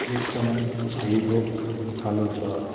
एक समय क्षय रोग कालो ज्वरो